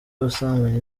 ubusambanyi